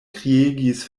kriegis